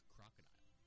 Crocodile